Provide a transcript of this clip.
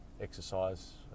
exercise